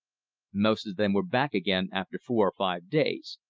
most of them were back again after four or five days,